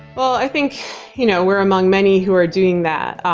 well, i think you know we're among many who are doing that.